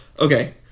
Okay